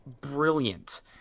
brilliant